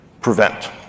prevent